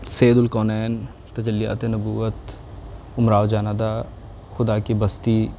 سیدالکونین تجلیات نبوت امراؤ جان ادا خدا کی بستی